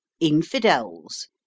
Infidels